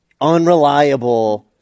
unreliable